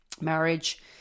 marriage